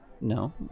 No